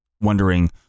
wondering